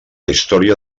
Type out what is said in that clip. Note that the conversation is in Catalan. història